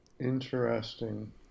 Interesting